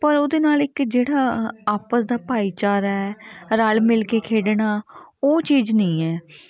ਪਰ ਉਹਦੇ ਨਾਲ ਇੱਕ ਜਿਹੜਾ ਆਪਸ ਦਾ ਭਾਈਚਾਰਾ ਹੈ ਰਲ ਮਿਲ ਕੇ ਖੇਡਣਾ ਉਹ ਚੀਜ਼ ਨਹੀਂ ਹੈ